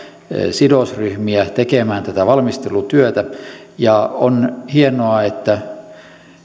sidosryhmiä tekemässä tätä valmistelutyötä on hienoa että